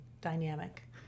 dynamic